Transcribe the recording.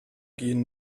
gehen